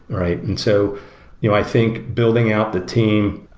right? and so you know i think building out the team,